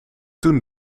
toen